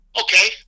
Okay